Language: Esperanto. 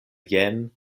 jen